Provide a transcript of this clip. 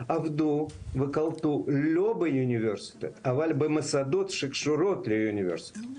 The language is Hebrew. עבדו וקלטו לא באוניברסיטאות אבל במוסדות שקשורות באוניברסיטאות.